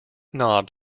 knob